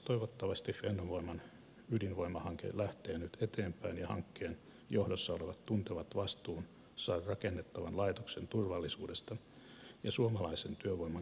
toivottavasti fennovoiman ydinvoimahanke lähtee nyt eteenpäin ja hankkeen johdossa olevat tuntevat vastuunsa rakennettavan laitoksen turvallisuudesta ja suomalaisen työvoiman käytöstä